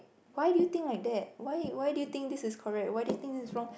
why do you think like that why why do you think this is correct why do you think this is wrong